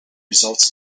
results